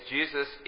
Jesus